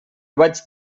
vaig